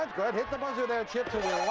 um hit the buzzer there, chip.